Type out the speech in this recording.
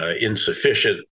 insufficient